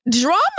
drama